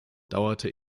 dauerte